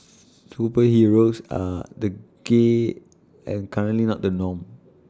superheroes are the gay and currently not the norm